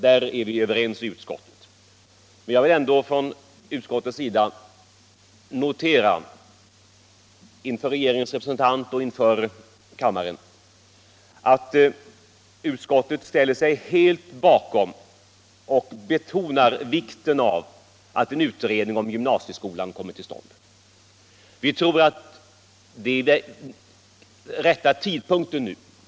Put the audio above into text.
Där är vi överens i tuskottet, men jag vill ändå från utskottets sida notera —- inför regeringens representant och inför kammaren — att utskottet ställer sig helt bakom och betonar vikten av att en utredning om gymnasieskolan kommer till stånd. Vi tror att det är den rätta tidpunkten nu.